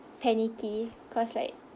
panicky cause like